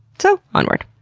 so, onward.